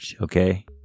Okay